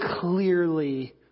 clearly